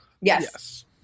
Yes